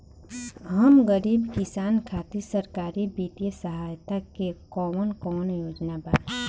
हम गरीब किसान खातिर सरकारी बितिय सहायता के कवन कवन योजना बा?